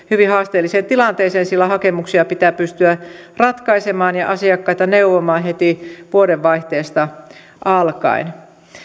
hyvin haasteelliseen tilanteeseen sillä hakemuksia pitää pystyä ratkaisemaan ja asiakkaita neuvomaan heti vuodenvaihteesta alkaen